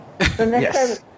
Yes